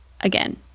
again